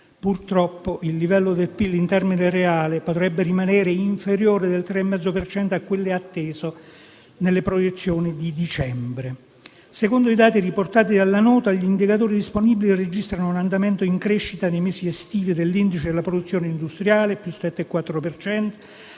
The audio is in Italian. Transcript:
Purtroppo il livello del PIL, in termini reali, potrebbe rimanere inferiore del 3,5 per cento rispetto a quello atteso nelle proiezioni di dicembre. Secondo i dati riportati dalla Nota, gli indicatori disponibili registrano un andamento in crescita nei mesi estivi dell'indice della produzione industriale, con un